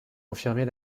confirmer